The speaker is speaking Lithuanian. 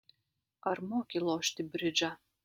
ar moki lošti bridžą